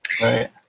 right